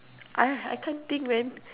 ah I can't think man